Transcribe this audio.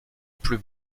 plus